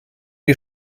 wir